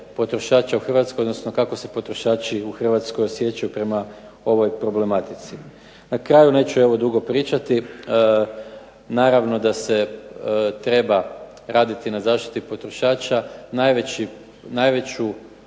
potrošača u Hrvatskoj odnosno kako se potrošači u Hrvatskoj osjećaju prema ovoj problematici. Na kraju, neću dugo pričati, naravno da se treba raditi na zaštiti potrošača. Najveću